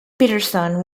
peterson